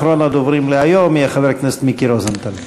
אחרון הדוברים להיום יהיה חבר הכנסת מיקי רוזנטל.